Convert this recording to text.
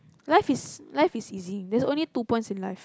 life is life is easy there's only two points in life